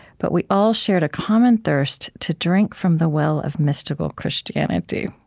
but we all shared a common thirst to drink from the well of mystical christianity.